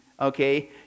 okay